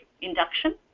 induction